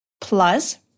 Plus